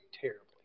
terribly